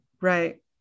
right